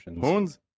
horns